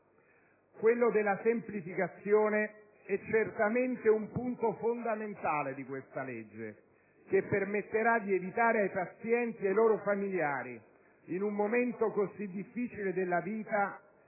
dolore. La semplificazione è certamente un punto fondamentale di questa legge, che permetterà di evitare ai pazienti e ai loro familiari, in un momento così difficile della vita,